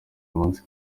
munsi